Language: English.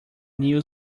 new